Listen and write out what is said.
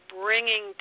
bringing